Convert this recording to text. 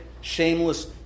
shameless